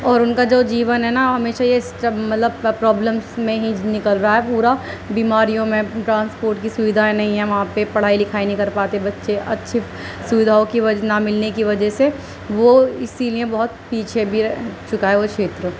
اور ان کا جو جیون ہے نا ہمیشہ یہ ڈسٹرب مطلب پرابلمس میں ہی نکل رہا ہے پورا بیماریوں میں ٹرانسپورٹ کی سویدھا نہیں ہے وہاں پہ پڑھائی لکھائی نہیں کر پاتے بچے اچھے سویدھاؤں کی نہ ملنے کی وجہ سے وہ اسی لیے بہت پیچھے بھی رہ چکا ہے وہ چھیتر